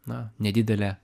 na nedidelė